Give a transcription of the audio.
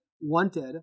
wanted